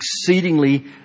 exceedingly